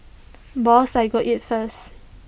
boss I go eat first